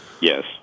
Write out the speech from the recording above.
Yes